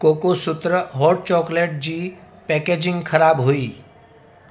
कोकोसूत्र hot chocolate जी packaging ख़राबु हुई